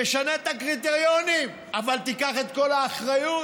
תשנה את הקריטריונים, אבל תיקח את כל האחריות.